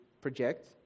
project